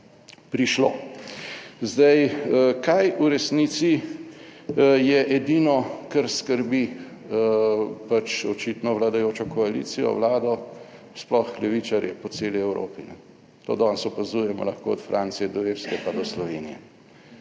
prišlo. Kaj v resnici je edino, kar skrbi pač očitno vladajočo koalicijo, vlado, sploh levičarje po celi Evropi? To danes opazujemo, lahko od Francije do Irske, pa do Slovenije.